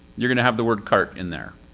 you're gonna have the word cart in there.